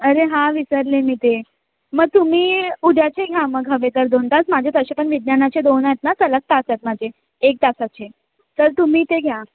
अरे हा विसरले मी ते मग तुम्ही उद्याचे घ्या मग हवे तर दोन तास माझे तसे पण विज्ञानाचे दोन आहेत ना सलग तास आहेत माझे एक तासाचे तर तुम्ही ते घ्या